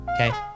Okay